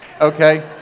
Okay